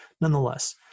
nonetheless